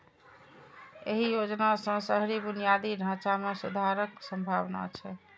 एहि योजना सं शहरी बुनियादी ढांचा मे सुधारक संभावना छै